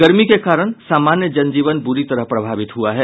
गर्मी के कारण सामान्य जनजीवन बुरी तरह प्रभावित हुआ है